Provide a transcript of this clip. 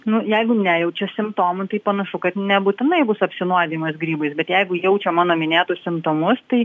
nu jeigu nejaučia simptomų tai panašu kad nebūtinai bus apsinuodijimas grybais bet jeigu jaučia mano minėtus simptomus tai